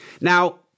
Now